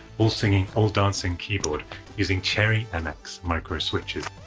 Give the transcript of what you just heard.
all singing, all dancing, keyboard using cherry mx micro switches.